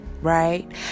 right